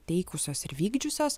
teikusios ir vykdžiusios